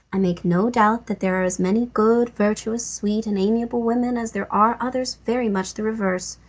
i make no doubt that there are as many good, virtuous, sweet, and amiable women as there are others very much the reverse.